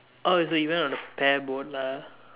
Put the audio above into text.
orh the event was on a pair boat lah